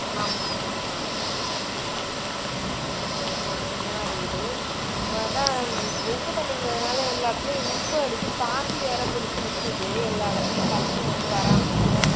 ஆமாம் ஆமாம் ஆமாம் ஆமாம் ஆமாம் அங்கேருந்து மூணாவது வீடு இப்போ அதான் இப்போ உப்பு தண்ணிங்கிறதுனால் எல்லா இடத்துலையும் உப்பு அடச்சு பாசி வேறு பிடிச்சி நிற்கிது எல்லா இடத்துலையும் தண்ணி வந்து வராமல்